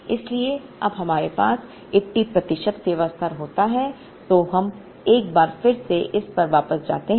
इसलिए जब हमारे पास 80 प्रतिशत सेवा स्तर होता है तो हम एक बार फिर से इस पर वापस जाते हैं